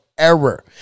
error